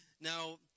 Now